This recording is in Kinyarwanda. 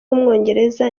w’umwongereza